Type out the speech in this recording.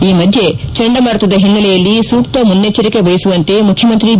ಈ ಮಧ್ಯೆ ಚಂಡಮಾರುತದ ಹಿನ್ನೆಲೆಯಲ್ಲಿ ಸೂಕ್ತ ಮುನ್ನೆಚ್ಚರಿಕೆ ವಹಿಸುವಂತೆ ಮುಖ್ಯಮಂತ್ರಿ ಬಿ